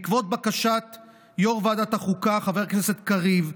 בעקבות בקשת יו"ר ועדת החוקה חבר הכנסת גלעד קריב,